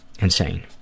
insane